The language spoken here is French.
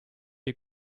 est